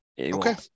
Okay